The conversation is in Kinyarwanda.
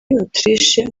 autriche